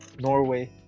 Norway